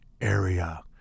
area